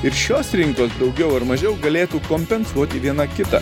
ir šios rinkos daugiau ar mažiau galėtų kompensuoti viena kitą